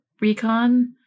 recon